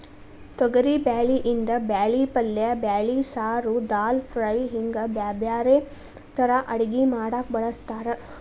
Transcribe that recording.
ತೊಗರಿಬ್ಯಾಳಿಯಿಂದ ಬ್ಯಾಳಿ ಪಲ್ಲೆ ಬ್ಯಾಳಿ ಸಾರು, ದಾಲ್ ಫ್ರೈ, ಹಿಂಗ್ ಬ್ಯಾರ್ಬ್ಯಾರೇ ತರಾ ಅಡಗಿ ಮಾಡಾಕ ಬಳಸ್ತಾರ